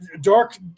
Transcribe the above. dark